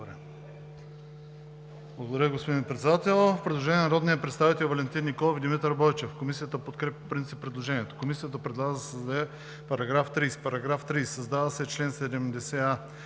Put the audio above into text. Благодаря, господин Председател. Предложение на народните представители Валентин Николов и Димитър Бойчев. Комисията подкрепя по принцип предложението. Комисията предлага да се създаде § 30: „§ 30. Създава се чл.70а: